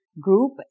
group